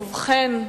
ובכן,